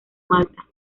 malta